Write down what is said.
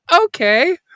Okay